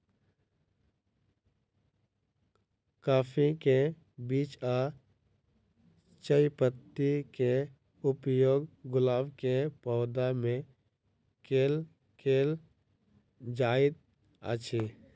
काफी केँ बीज आ चायपत्ती केँ उपयोग गुलाब केँ पौधा मे केल केल जाइत अछि?